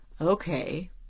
okay